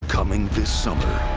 coming this summer.